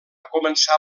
començar